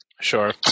Sure